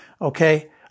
Okay